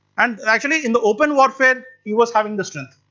and and actually, in the open warfare, he was having the strength.